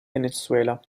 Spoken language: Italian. venezuela